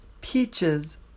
peaches